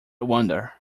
wonder